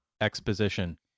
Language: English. exposition